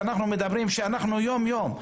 כשאנחנו יום-יום,